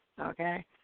Okay